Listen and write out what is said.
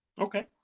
Okay